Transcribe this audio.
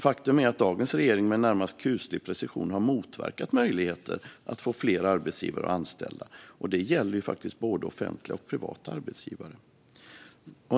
Faktum är att dagens regering med närmast kuslig precision har motverkat möjligheter att få fler arbetsgivare att anställa. Det gäller både offentliga och privata arbetsgivare.